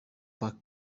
park